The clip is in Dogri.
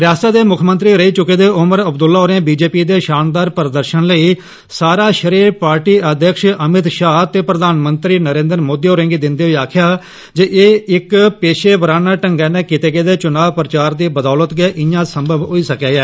रिआसतै दे मुक्खमंत्री रेई चुके दे उमर अब्दुल्ला होरें भाजपा दे षानदार प्रदर्षन लेई सारा श्रेय पार्टी अध्यक्ष अमित षाह ते प्रधानमंत्री नरेन्द्र मोदी होरें गी दिंदे होई आक्खेआ ऐ जे इक पेषेवराना ढंगै नै कीते गेदे चुनां प्रचार दी बदोलत गै इआं संभव होआ ऐ